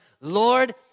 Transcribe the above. Lord